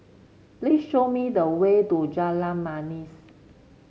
please show me the way to Jalan Manis